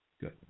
Good